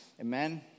Amen